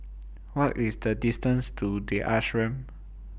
What IS The distance to The Ashram